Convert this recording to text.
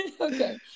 okay